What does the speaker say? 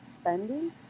spending